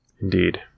Indeed